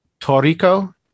Toriko